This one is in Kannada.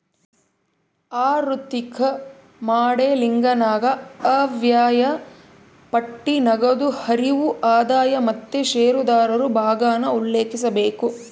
ಆಋಥಿಕ ಮಾಡೆಲಿಂಗನಾಗ ಆಯವ್ಯಯ ಪಟ್ಟಿ, ನಗದು ಹರಿವು, ಆದಾಯ ಮತ್ತೆ ಷೇರುದಾರರು ಭಾಗಾನ ಉಲ್ಲೇಖಿಸಬೇಕು